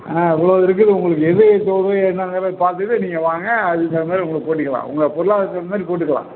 ஆ இவ்வளோ இருக்குது உங்களுக்கு எது தோது என்னாங்கிறத பார்த்துட்டு நீங்கள் வாங்க அதுக்குத் தகுந்த மாதிரி உங்களுக்கு போட்டுக்கலாம் உங்கள் பொருளாதாரத்துக்கு தகுந்த மாதிரி போட்டுக்கலாம்